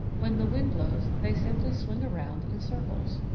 when the wind blows they simply swing around in circles.